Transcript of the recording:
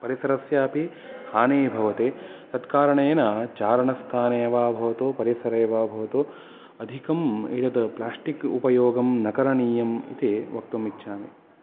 परिसरस्यापि हानिः भवति तत्कारणेन चारणस्थाने वा भवतु परिसरे वा भवतु अधिकम् एतत् प्लास्टिक् उपयोगं न करणीयम् इति वक्तुम् इच्छामि